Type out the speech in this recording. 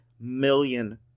million